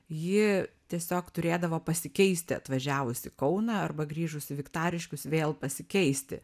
ji tiesiog turėdavo pasikeisti atvažiavus į kauną arba grįžus į viktariškius vėl pasikeisti